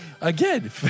Again